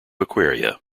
aquaria